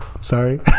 sorry